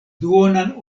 duonan